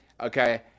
okay